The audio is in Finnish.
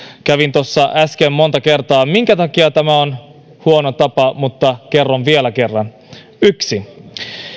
kävin äsken läpi monta kertaa minkä takia tämä on huono tapa mutta kerron vielä kerran yksi